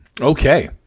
Okay